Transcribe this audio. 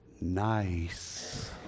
nice